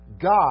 God